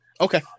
Okay